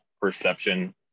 perception